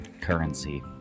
currency